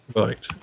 right